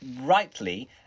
rightly